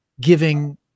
giving